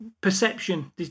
perception